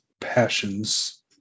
passions